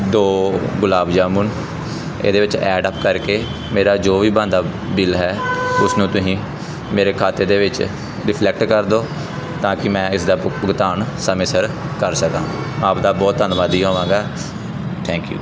ਦੋ ਗੁਲਾਬ ਜਾਮੁਨ ਇਹਦੇ ਵਿੱਚ ਐਡ ਅਪ ਕਰਕੇ ਮੇਰਾ ਜੋ ਵੀ ਬਣਦਾ ਬਿਲ ਹੈ ਉਸਨੂੰ ਤੁਸੀਂ ਮੇਰੇ ਖਾਤੇ ਦੇ ਵਿੱਚ ਰਿਫਲੈਕਟ ਕਰ ਦਿਓ ਤਾਂ ਕਿ ਮੈਂ ਇਸਦਾ ਭੁਕ ਭੁਗਤਾਨ ਸਮੇਂ ਸਿਰ ਕਰ ਸਕਾਂ ਆਪਦਾ ਬਹੁਤ ਧੰਨਵਾਦੀ ਹੋਵਾਂਗਾ ਥੈਂਕ ਯੂ